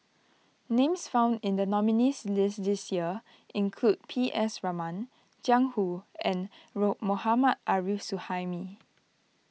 names found in the nominees' list this year include P S Raman Jiang Hu and Road Mohammad Arif Suhaimi